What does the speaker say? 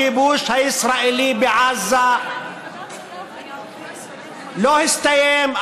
הכיבוש הישראלי בעזה לא הסתיים,